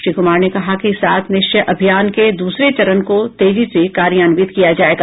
श्री कुमार ने कहा कि सात निश्चय अभियान के दूसरे चरण को तेजी से कार्यान्वित किया जायेगा